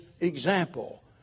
example